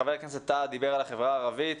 חבר הכנסת טאהא דיבר על החברה הערבית.